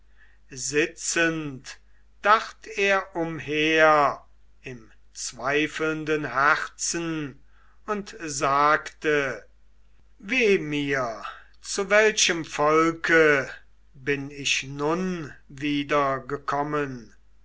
sitzend dacht er umher im zweifelnden herzen und sagte weh mir zu welchem volke bin ich nun